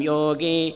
Yogi